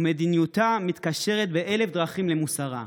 ומדיניותה מתקשרת באלף דרכים למוסרה.